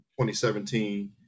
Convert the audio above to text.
2017